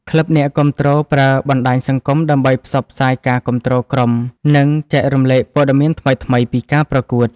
ក្លឹបអ្នកគាំទ្រប្រើបណ្តាញសង្គមដើម្បីផ្សព្វផ្សាយការគាំទ្រក្រុម និងចែករំលែកព័ត៌មានថ្មីៗពីការប្រកួត។